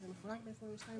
בדקה התשעים.